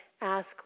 ask